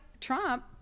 trump